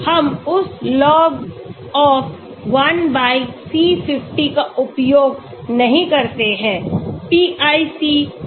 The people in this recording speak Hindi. हम उस Log ऑफ़ 1C50 का उपयोग नहीं करते हैं pIC 50 है